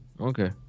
Okay